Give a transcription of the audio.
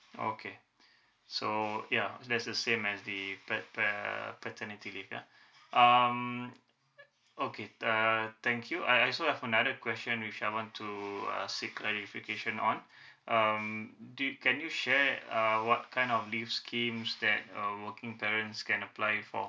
okay so ya that's the same as the pat~ uh paternity leave ya um okay uh thank you I I also have another question which I want to uh seek clarification on um do you can you share uh what kind of leave schemes that uh working parents can apply for